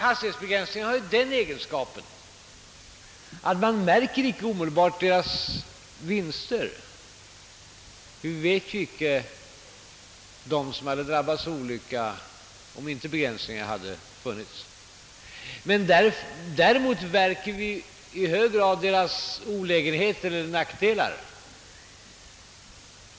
Hastighetsbegränsningar har den egenskapen att man inte omedelbart märker vinsterna som är förenade med dem, ty vi vet ju inte hur många som hade drabbats av olyckor om det inte hade varit hastighetsbegränsning. Däremot märker vi i bög grad dess nackdelar.